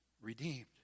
redeemed